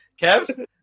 Kev